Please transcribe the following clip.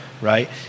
Right